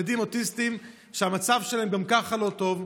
ילדים אוטיסטים שהמצב שלהם גם ככה לא טוב,